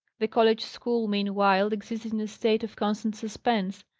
the college school, meanwhile existed in a state of constant suspense,